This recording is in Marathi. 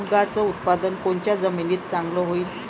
मुंगाचं उत्पादन कोनच्या जमीनीत चांगलं होईन?